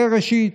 זה, ראשית.